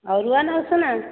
ଅରୁଆ ନା ଉଷୁନା